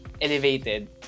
Elevated